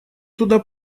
туда